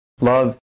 love